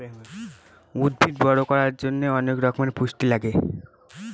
উদ্ভিদ বড়ো করার জন্য অনেক রকমের পুষ্টি লাগে